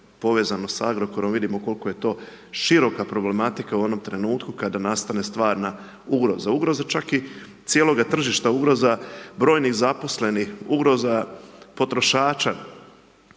povezano s Agrokorom, vidimo koliko je to široka problematika onog trenutku kada nastane stvarna ugroza. Ugroza čak i cijeloga tržišta, ugroza brojnih zaposlenih, ugroza potrošača.